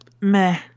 meh